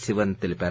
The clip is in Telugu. శివన్ తెలిపారు